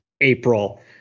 April